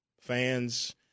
fans